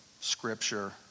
Scripture